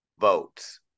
votes